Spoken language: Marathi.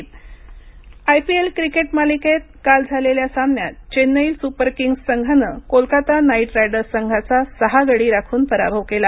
आयपीएल निकाल आयपीएल क्रिकेट मालिकेत काल झालेल्या सामन्यात चेन्नई सुपर किंग्ज संघानं कोलकता नाईट रायडर्स संघाचा सहा गडी राखून पराभव केला